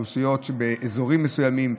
אוכלוסיות באזורים מסוימים.